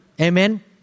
Amen